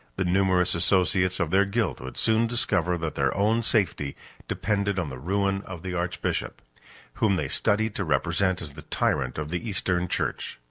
the numerous associates of their guilt would soon discover that their own safety depended on the ruin of the archbishop whom they studied to represent as the tyrant of the eastern church.